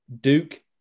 Duke